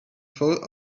thought